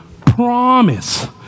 promise